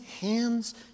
hands